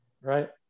right